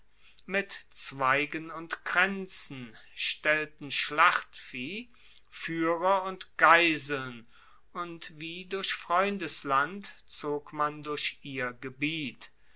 mit zweigen und kraenzen stellten schlachtvieh fuehrer und geiseln und wie durch freundesland zog man durch ihr gebiet